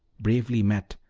bravely met,